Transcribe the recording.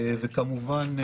וכמובן,